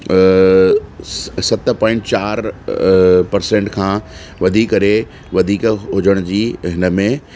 सत सत पोंइट चार पर्सेंट खां वधी करे वधीक हुजण जी हिन में